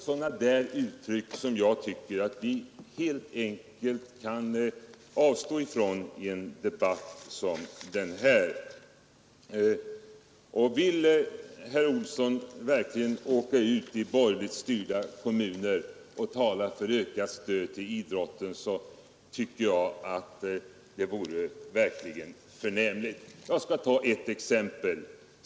Sådana där uttryck tycker jag att vi helt enkelt kan avstå ifrån i en debatt som den här. Vill herr Olsson i Kil verkligen åka ut i borgerligt styrda kommuner och tala för ökat stöd till idrotten tycker jag att det vore förnämligt. Jag skall ta ett exempel.